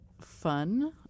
fun